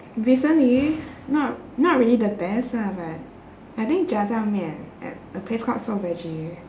recently not not really the best lah but I think 炸酱面 at a place called soul veggie